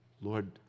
Lord